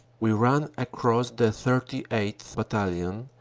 we ran across the thirty eighth. battalion,